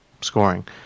scoring